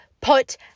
put